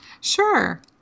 Sure